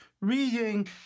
reading